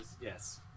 Yes